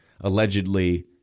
allegedly